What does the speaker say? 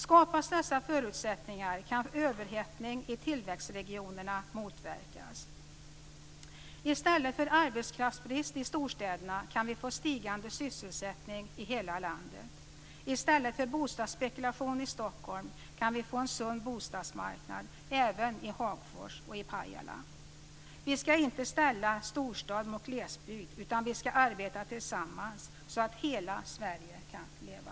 Skapas dessa förutsättningar kan överhettning i tillväxtregionerna motverkas. I stället för arbetskraftsbrist i storstäderna kan vi få stigande sysselsättning i hela landet. I stället för bostadsspekulation i Stockholm kan vi få en sund bostadsmarknad även i Hagfors och i Pajala. Vi ska inte ställa storstad mot glesbygd, utan vi ska arbeta tillsammans så att hela Sverige kan leva.